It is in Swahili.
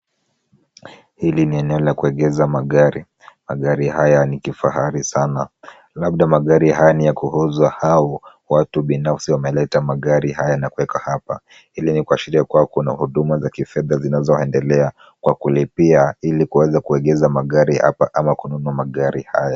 Hili ni eneo la kuegeza magari. Magari haya ni kifahari sana. Labda magari haya ni ya kuuzwa au watu binafsi wameleta magari haya na kuweka hapa. Hili ni kuashiria kuwa kuna huduma za kifedha zinazoendelea kwa kulipia ili kuweza kuegeza magari hapa ama kununua magari haya.